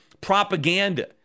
propaganda